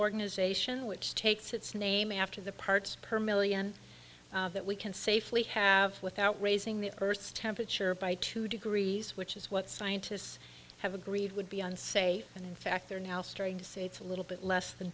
organization which takes its name after the parts per million that we can safely have without raising the earth's temperature by two degrees which is what scientists have agreed would be unsafe and in fact they're now starting to say it's a little bit less than